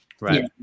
Right